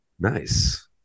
Nice